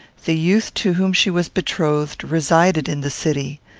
the youth to whom she was betrothed resided in the city.